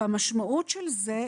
והמשמעות של זה,